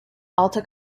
alta